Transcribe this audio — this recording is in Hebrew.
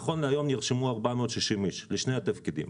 נכון להיום נרשמו 460 אנשים לשני התפקידים.